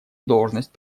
должность